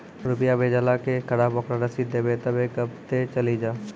रुपिया भेजाला के खराब ओकरा रसीद देबे तबे कब ते चली जा?